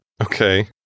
Okay